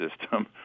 system